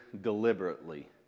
deliberately